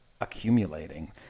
accumulating